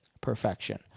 perfection